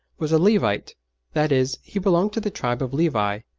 was a levite that is, he belonged to the tribe of levi,